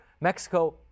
Mexico